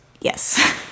Yes